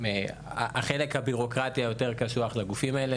שזה החלק הבירוקרטי היותר קשוח לגופים האלו.